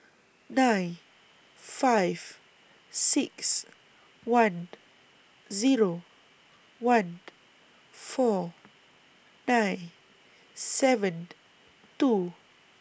nine five six one Zero one four nine seven two